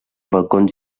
balcons